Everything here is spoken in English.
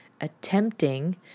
attempting